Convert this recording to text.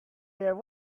their